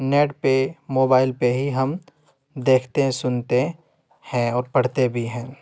net پہ mobile پہ ہی ہم دیکھتے سنتے ہیں اور پڑھتے بھی ہیں